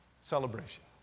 Celebration